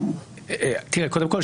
קודם כל,